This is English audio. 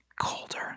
colder